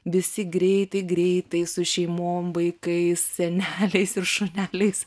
visi greitai greitai su šeimom vaikais seneliais ir šuneliais